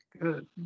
Good